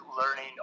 learning